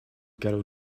girl